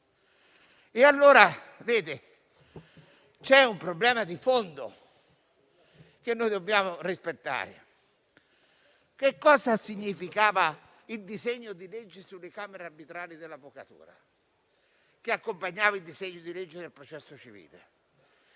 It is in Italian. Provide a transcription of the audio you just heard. Allora, c'è un problema di fondo che noi dobbiamo rispettare. Che cosa significava il disegno di legge sulle Camere arbitrali dell'avvocatura che accompagnava il disegno di legge del processo civile